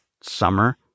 summer